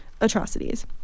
atrocities